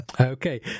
Okay